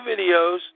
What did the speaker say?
videos